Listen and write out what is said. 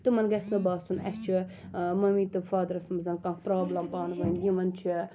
تِمَن گَژھہِ نہٕ باسُن اَسہِ چھِ ممی تہٕ فادَرَس مَنٛز کانٛہہ پرابلَم پانہٕ ؤنۍ یِمَن چھِ